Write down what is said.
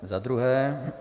Za druhé.